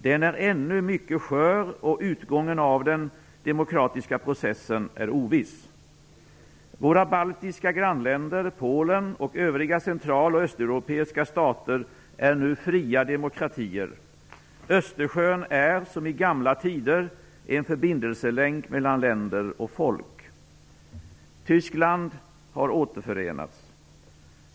Den är ännu mycket skör, och utgången av den demokratiska processen är oviss. Våra baltiska grannländer, Polen och övriga central och östeuropeiska stater är nu fria demokratier. Östersjön är som i gamla tider en förbindelselänk mellan länder och folk. Tyskland har återförenats.